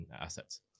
assets